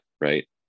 Right